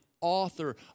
author